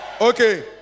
Okay